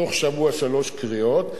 בתוך שבוע שלוש קריאות,